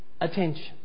attention